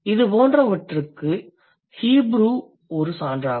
இதுபோன்றவற்றுக்கு Hebrew சான்றாகும்